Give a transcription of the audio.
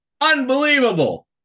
Unbelievable